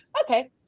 Okay